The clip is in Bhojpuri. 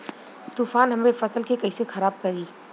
तूफान हमरे फसल के कइसे खराब करी?